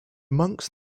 monks